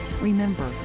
Remember